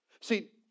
See